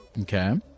Okay